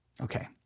Okay